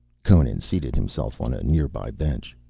conan seated himself on a near-by bench.